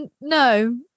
no